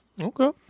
Okay